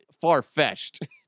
far-fetched